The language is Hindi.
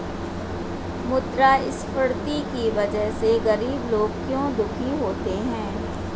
मुद्रास्फीति की वजह से गरीब लोग क्यों दुखी होते हैं?